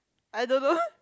I don't know